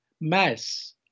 mass